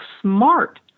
smart